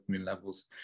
levels